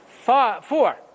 Four